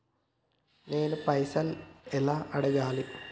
నేను పైసలు ఎలా అడగాలి?